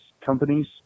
companies